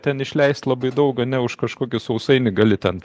ten išleist labai daug ne už kažkokį sausainį gali ten